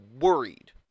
worried